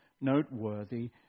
noteworthy